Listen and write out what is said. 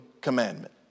commandment